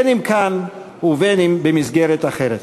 אם כאן ואם במסגרת אחרת.